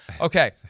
Okay